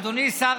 אדוני שר